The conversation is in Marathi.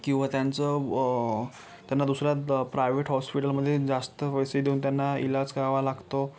किंवा त्यांचं त्यांना दुसऱ्या प्रायवेट हॉस्पिटलमध्ये जास्त पैसे देऊन त्यांना इलाज करावा लागतो